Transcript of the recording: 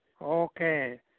Okay